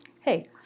Hey